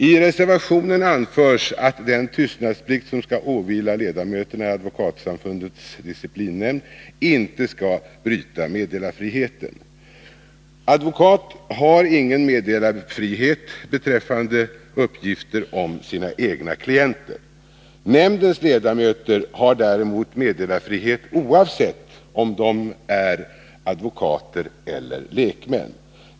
I reservationen anförs att den tystnadsplikt som skall åvila ledamöterna i advokatsamfundets disciplinnämnd icke skall bryta meddelarfriheten. Advokat har ingen meddelarfrihet beträffande uppgifter om sina egna klienter. Nämndens ledamöter har däremot meddelarfrihet oavsett om de är advokater eller lekmän.